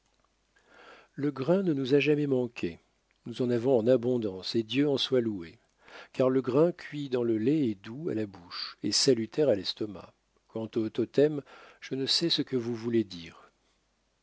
le grain ne nous a jamais manqué nous en avons en abondance et dieu en soit loué car le grain cuit dans le lait est doux à la bouche et salutaire à l'estomac quant au haut je ne sais ce que vous voulez dire